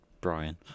Brian